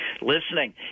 listening